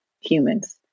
humans